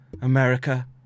America